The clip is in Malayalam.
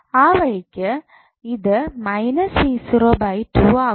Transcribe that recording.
ആവഴിക്കു ഇത് ആകും